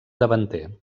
davanter